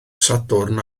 sadwrn